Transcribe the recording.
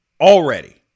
already